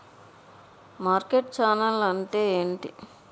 Market channel అంటే ఏంటి?